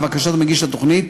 לבקשת מגיש התוכנית,